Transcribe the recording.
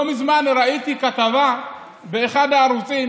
לא מזמן ראיתי כתבה באחד הערוצים